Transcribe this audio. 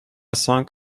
song